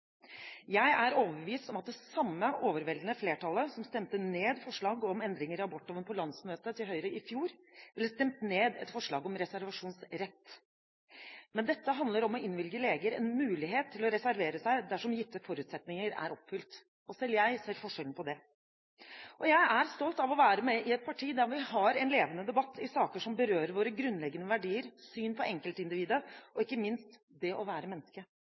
Jeg er overbevist om at det samme overveldende flertallet som stemte ned forslag om endringer i abortloven på landsmøtet til Høyre i fjor, ville stemt ned et forslag om reservasjonsrett. Men dette handler om å innvilge leger en mulighet til å reservere seg dersom gitte forutsetninger er oppfylt. Selv jeg ser forskjellen på det. Jeg er stolt av å være med i et parti der vi har en levende debatt i saker som berører våre grunnleggende verdier, syn på enkeltindividet og ikke minst det å være